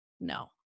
no